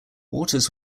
waters